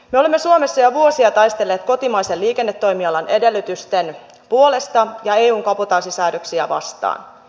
me olemme suomessa jo vuosia taistelleet kotimaisen liikennetoimialan edellytysten puolesta ja eun kabotaasisäädöksiä vastaan